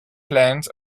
plant